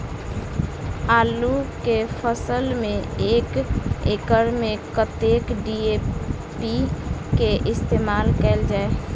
आलु केँ फसल मे एक एकड़ मे कतेक डी.ए.पी केँ इस्तेमाल कैल जाए?